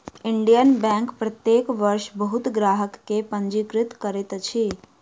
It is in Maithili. इंडियन बैंक प्रत्येक वर्ष बहुत ग्राहक के पंजीकृत करैत अछि